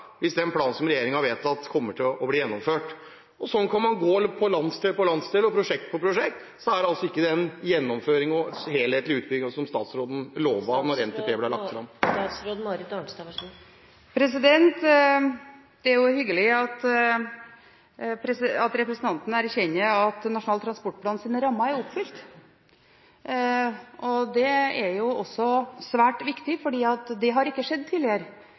hvis den planen regjeringen har vedtatt, blir gjennomført – ikke fortsette på hver side de neste ti årene. Sånn kan man gå fra landsdel til landsdel, fra prosjekt til prosjekt. Det er ikke den gjennomføringen og helhetlige utbyggingen som statsråden lovet da NTP ble lagt fram. Det er hyggelig at representanten erkjenner at rammene i Nasjonal transportplan er oppfylt. Det er svært viktig, for det har ikke skjedd tidligere